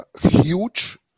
huge